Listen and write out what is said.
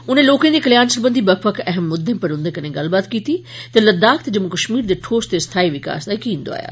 उनें लोकें दे कल्याण सरबंधी बक्ख बक्ख अहम मुद्दें पर उन्दे कन्नै गल्लबात कीती ते लद्धाख ते जम्मू कश्मीर दे ठोस ते स्थाई विकास दा यकीन दोआया